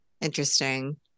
Interesting